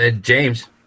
James